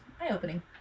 eye-opening